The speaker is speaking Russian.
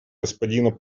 господина